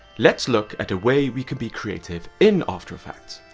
let's look at a way we can be creative in after effects.